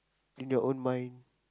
in your own mind